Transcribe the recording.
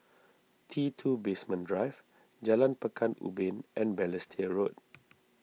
T two Basement Drive Jalan Pekan Ubin and Balestier Road